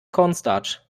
cornstarch